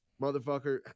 Motherfucker